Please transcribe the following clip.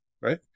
right